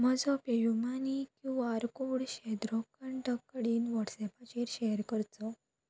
म्हजो PayU money Q R code शेंद्रो कंटक कडेन व्हॉट्सॲपाचेर शॅर करचो